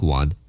one